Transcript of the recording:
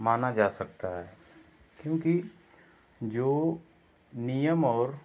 माना जा सकता है क्योंकि जो नियम और